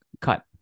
cut